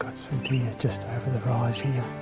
just over the rise here,